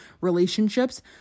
relationships